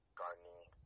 gardening